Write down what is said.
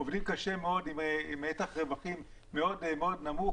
עובדים קשה מאוד עם מתח רווחים מאוד נמוך,